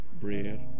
Bread